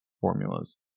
formulas